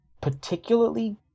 particularly